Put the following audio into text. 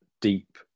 deep